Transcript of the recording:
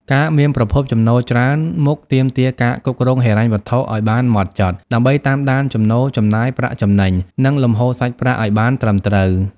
ការមានប្រភពចំណូលច្រើនមុខទាមទារការគ្រប់គ្រងហិរញ្ញវត្ថុឱ្យបានម៉ត់ចត់ ដើម្បីតាមដានចំណូល ចំណាយ ប្រាក់ចំណេញ និងលំហូរសាច់ប្រាក់ឱ្យបានត្រឹមត្រូវ។